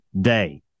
Day